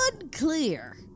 unclear